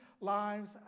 lives